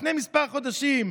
לפני כמה חודשים.